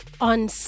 On